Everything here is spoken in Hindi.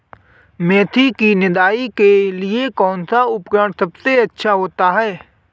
मेथी की निदाई के लिए कौन सा उपकरण सबसे अच्छा होता है?